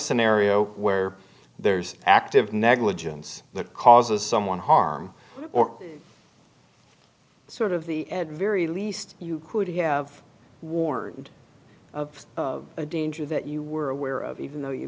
scenario where there's active negligence that causes someone harm or sort of the ed very least you could you have warned of a danger that you were aware of even though you